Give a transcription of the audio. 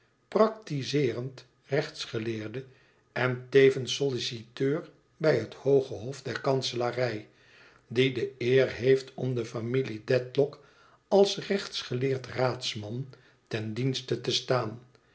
praktizeerend rechtsgeleerde en tevens solliciteur bij het hooge hof der kanselarij die de eer heeft om de familie dedlock als rechtsgeleerd raadsman ten dienste te staan